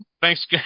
Thanks